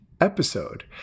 episode